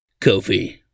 Kofi